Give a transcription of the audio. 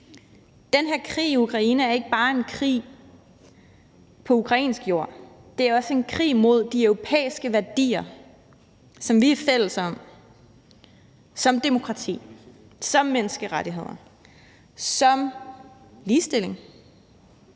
Den her krig i Ukraine er ikke bare en krig på ukrainsk jord, men det er også en krig mod de europæiske værdier, som vi er fælles om, som demokrati, som menneskerettigheder, som ligestilling.